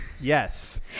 Yes